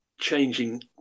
changing